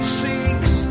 seeks